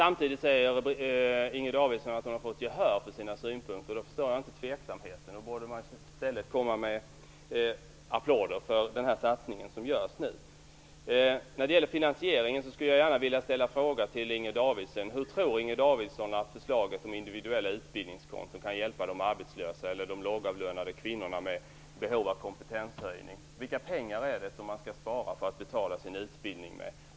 Samtidigt säger Inger Davidson att man har fått gehör för sina synpunkter. Därför förstår jag inte tveksamheten. Då borde man i stället komma med applåder för den satsning som nu görs. Davidson att förslaget om individuella utbildningskonton kan hjälpa de arbetslösa eller de lågavlönade kvinnorna med behov av kompetenshöjning? Vilka pengar är det som man skall spara för att betala sin utbildning med?